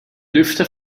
lüfter